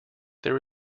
there